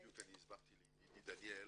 בדיוק הסברתי לידידי דניאל.